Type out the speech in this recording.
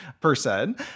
person